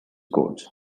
codes